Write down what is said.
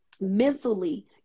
mentally